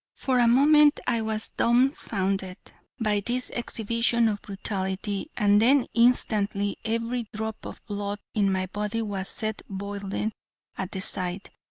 for a moment i was dumbfounded by this exhibition of brutality, and then instantly every drop of blood in my body was set boiling at the sight.